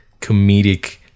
comedic